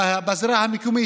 בזירה המקומית,